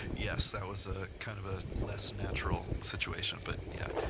yes that was a kind of ah less natural situation. but yeah,